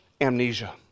amnesia